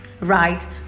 Right